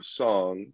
song